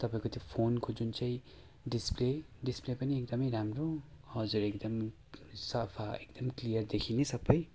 तपाईँको त्यो फोनको जुन चाहिँ डिसप्ले डिसप्ले पनि एकदमै राम्रो हजुर सफा एकदम क्लियर देखिने सबै